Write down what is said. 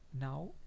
now